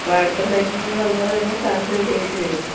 അപ്പം അടുത്ത ഫ്ലൈറ്റിന് നിങ്ങൾ അതുപോലെ തന്നെ ചാർജ് ചെയ്യേണ്ടി വരും